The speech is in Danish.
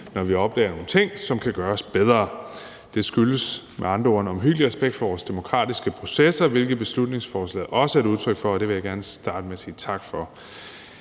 når vi opdager nogle ting, som kan gøres bedre. Det skyldes med andre ord en omhyggelig respekt for vores demokratiske processer, hvilket beslutningsforslaget også er et udtryk for, og det vil jeg gerne starte med at sige tak for.